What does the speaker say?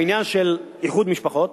העניין של איחוד משפחות,